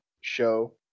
show